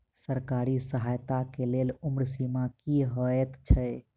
सरकारी सहायता केँ लेल उम्र सीमा की हएत छई?